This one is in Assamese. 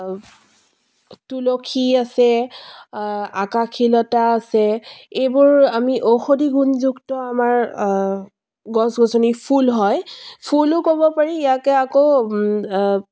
তুলসী আছে আকাশীলতা আছে এইবোৰ আমি ঔষধি গুণযুক্ত আমাৰ গছ গছনি ফুল হয় ফুলো ক'ব পাৰি ইয়াকে আকৌ